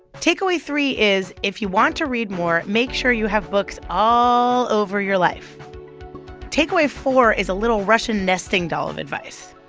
takeaway three is if you want to read more, make sure you have books all over your life takeaway four is a little russian nesting doll of advice.